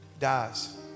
dies